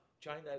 China